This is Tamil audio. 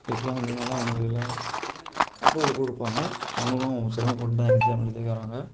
எக்ஸாம் எழுதுனா தான் அவங்களுக்கெல்லாம் அப்ரூவல் கொடுப்பாங்க அவங்களும் சிரமப்பட்டு தான் எக்ஸாம் எழுதிக்கிறாங்க